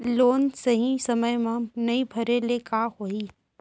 Loan सही समय मा नई भरे ले का होही?